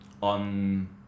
on